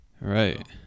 Right